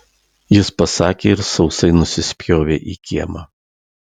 jis pasakė ir sausai nusispjovė į kiemą